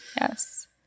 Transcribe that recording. Yes